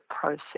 process